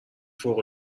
فوق